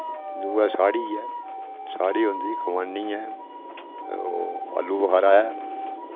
दुऐ साड़ी ऐ साड़ी होंदी खुबानी ऐ ओ आलू बखारा ऐ